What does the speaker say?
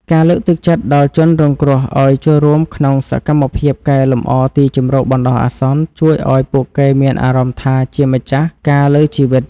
ការលើកទឹកចិត្តដល់ជនរងគ្រោះឱ្យចូលរួមក្នុងសកម្មភាពកែលម្អទីជម្រកបណ្តោះអាសន្នជួយឱ្យពួកគេមានអារម្មណ៍ថាជាម្ចាស់ការលើជីវិត។